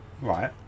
Right